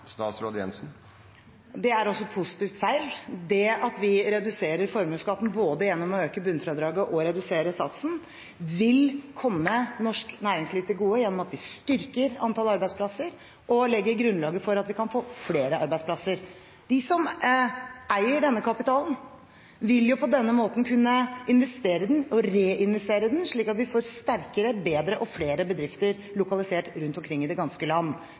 er også positivt feil. Det at vi reduserer formuesskatten gjennom å øke bunnfradraget og redusere satsen, vil komme norsk næringsliv til gode gjennom at vi styrker antallet arbeidsplasser og legger grunnlaget for at vi kan få flere arbeidsplasser. De som eier denne kapitalen, vil på denne måten kunne investere den og reinvestere den, slik at vi får sterkere, bedre og flere bedrifter lokalisert rundt omkring i det ganske land.